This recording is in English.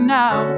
now